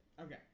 Okay